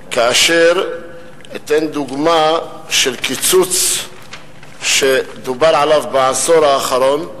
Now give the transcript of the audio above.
אתן דוגמה של קיצוץ שדובר עליו בעשור האחרון,